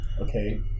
Okay